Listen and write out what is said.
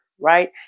right